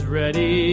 ready